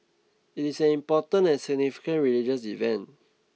it is an important and significant religious event